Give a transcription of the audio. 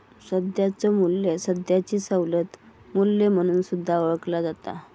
सध्याचो मू्ल्य सध्याचो सवलत मू्ल्य म्हणून सुद्धा ओळखला जाता